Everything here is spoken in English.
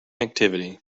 activity